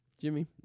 Jimmy